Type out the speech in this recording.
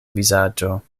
vizaĝo